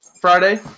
Friday